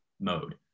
mode